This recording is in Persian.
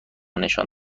نشان